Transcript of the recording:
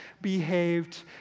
behaved